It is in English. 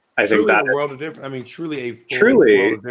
i think that and relative i mean, truly a truly.